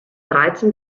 dreizehn